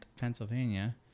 Pennsylvania